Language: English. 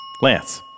Lance